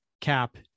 Cap